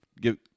give